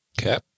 Okay